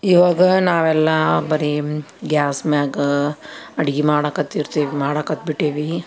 ಇವಾಗ ನಾವೆಲ್ಲ ಬರೀ ಗ್ಯಾಸ್ ಮ್ಯಾಗ ಅಡುಗೆ ಮಾಡಕತ್ತಿರ್ತೀವಿ ಮಾಡಾಕ್ಕತ್ಬಿಟ್ಟೀವಿ